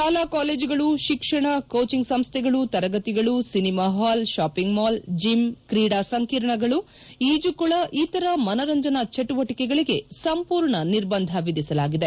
ಶಾಲಾ ಕಾಲೇಜುಗಳು ಶಿಕ್ಷಣ ಕೋಚಿಂಗ್ ಸಂಸ್ಲೆಗಳು ತರಗತಿಗಳು cinema hall shopping mall gym ಕ್ರೀಡಾ ಸಂಕೀರ್ಣಗಳು ಈಜುಕೊಳ ಇತರ ಮನರಂಜನಾ ಚಟುವಟಿಕೆಗಳಿಗೆ ಸಂಪೂರ್ಣ ನಿರ್ಬಂಧ ವಿಧಿಸಲಾಗಿದೆ